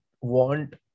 want